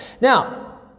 Now